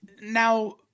Now